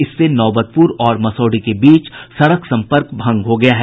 इससे नौबतपुर और मसौढ़ी के बीच सड़क सम्पर्क भंग हो गया है